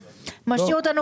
גם זאת בעיה.